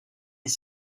est